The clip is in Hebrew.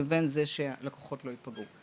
לבין זה שלקוחות לא ייפגעו.